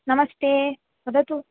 नमस्ते वदतु